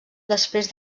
després